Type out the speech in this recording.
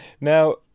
Now